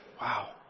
Wow